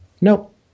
Nope